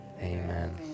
Amen